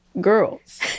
girls